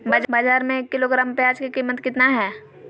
बाजार में एक किलोग्राम प्याज के कीमत कितना हाय?